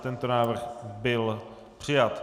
Tento návrh byl přijat.